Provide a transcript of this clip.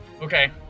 Okay